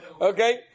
Okay